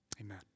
Amen